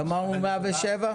גמרנו 107?